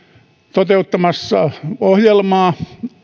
toteuttamassa ohjelmaa